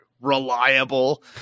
reliable